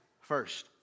first